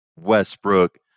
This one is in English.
Westbrook